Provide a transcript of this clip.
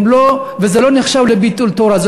וזה לא נחשב לביטול תורה.